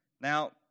Now